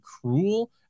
cruel